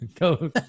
Go